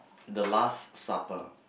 the last supper